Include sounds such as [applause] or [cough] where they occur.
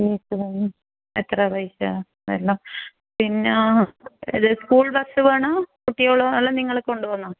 [unintelligible] എത്ര റേറ്റ വരണം പിന്നെ ഇത് സ്കൂൾ ബസ്സ് വേണോ കുട്ടികൾ അല്ലെ നിങ്ങൾ കൊണ്ട് പോകുന്നോ